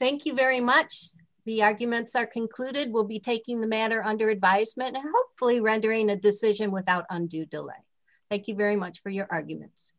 thank you very much the arguments are concluded will be taking the manner under advisement hopefully rendering a decision without undue delay thank you very much for your arguments